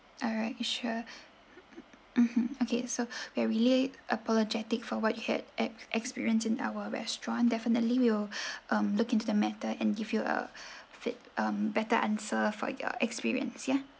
alright sure mmhmm okay so we're really apologetic for what you had ex~ experience in our restaurant definitely we will um look into the matter and give you a fit um better answer for your experience ya